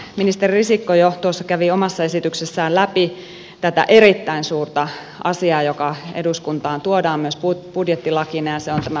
ministeri risikko jo tuossa kävi omassa esityksessään läpi tätä erittäin suurta asiaa joka eduskuntaan tuodaan myös budjettilakina ja se on tämä potilasdirektiivin toimeenpano